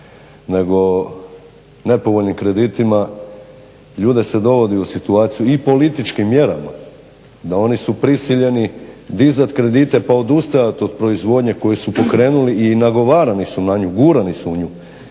nego nepovoljnim kreditima. Ljude se dovodi u situaciju i političkim mjerama da oni su prisiljeni dizati kredite pa odustajat od proizvodnje koju su pokrenuli i nagovarani su na nju, gurani su u nju